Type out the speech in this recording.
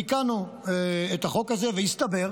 תיקנו את החוק הזה והסתבר,